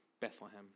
Bethlehem